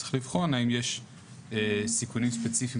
צריך לבחון האם יש סיכונים ספציפיים